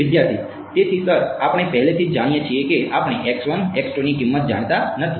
વિદ્યાર્થી તેથીસર આપણે પહેલેથી જ જાણીએ છીએ કે આપણે ની કિંમત જાણતા નથી